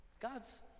God's